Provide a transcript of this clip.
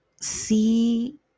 see